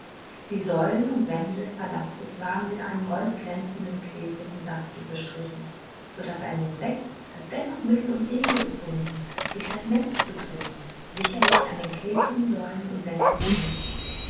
die säulen und wände des palastes waren mit einem goldglänzenden klebrigen safte bestrichen so daß ein insekt das dennoch mittel und wege gefunden durch das netz zu dringen sicherlich an den klebrigen säulen und wänden hängenblieb